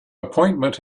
appointment